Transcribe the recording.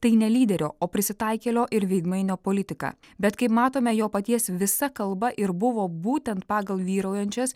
tai ne lyderio o prisitaikėlio ir veidmainio politika bet kaip matome jo paties visa kalba ir buvo būtent pagal vyraujančias